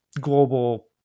global